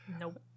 Nope